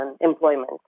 employment